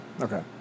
Okay